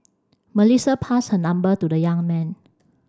Melissa passed her number to the young man